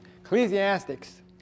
Ecclesiastics